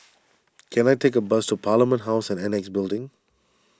can I take a bus to Parliament House and Annexe Building